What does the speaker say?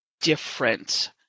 different